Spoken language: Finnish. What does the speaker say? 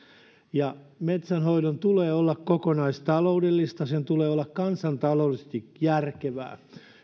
metsänhoidon tulee olla kokonaistaloudellista sen tulee olla kansantaloudellisesti järkevää